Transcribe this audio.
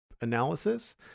analysis